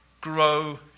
grow